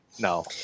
No